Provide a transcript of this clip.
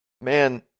Man